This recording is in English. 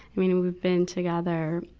i mean, we've been together,